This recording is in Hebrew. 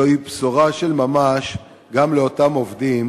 זו בשורה של ממש גם לאותם עובדים